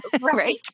right